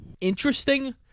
interesting